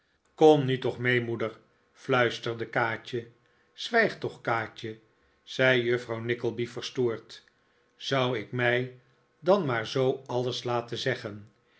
kom nu toch mee moeder fluisterde kaatje zwijg toch kaatje zei juffrouw nickleby verstoord zou ik mij dan maar zoo alles laten zeggen